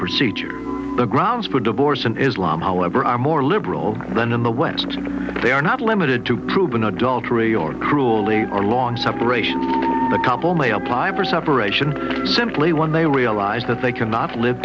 procedure the grounds for divorce in islam however are more liberal than in the west they are not limited to proven adultery or cruelly or lawn separation the couple may apply for separation simply when they realize that they cannot live